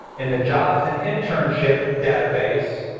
in the jobs and internship database,